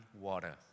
water